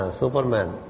superman